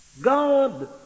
God